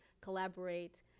collaborate